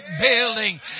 building